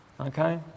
Okay